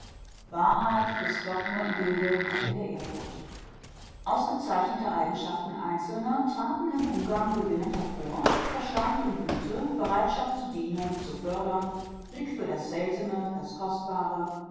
wahrheit ist doch nur im bilde und in der ehrfurcht ausgezeichnete eigenschaften einzelner traten im umgang gewinnend hervor verstand und güte bereitschaft zu dienen zu fördern blick für das seltene das kostbare